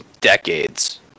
decades